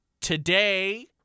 Today